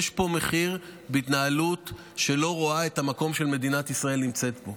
יש פה מחיר בהתנהלות שלא רואה את המקום שמדינת ישראל נמצאת בו.